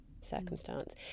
circumstance